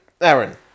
Aaron